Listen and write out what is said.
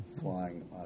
flying